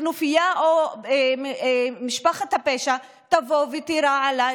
הכנופיה או משפחת הפשע תבוא ותירה עליי